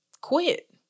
quit